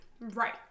Right